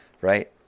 Right